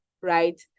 right